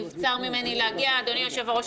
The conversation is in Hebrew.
נבצר ממני להגיע אדוני היושב-ראש,